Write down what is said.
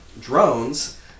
drones